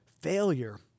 Failure